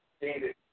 David